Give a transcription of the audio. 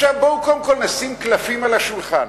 בואו קודם כול נשים קלפים על השולחן: